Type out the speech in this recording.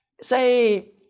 say